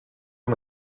van